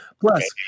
Plus